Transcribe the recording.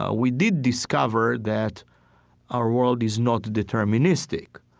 ah we did discover that our world is not deterministic.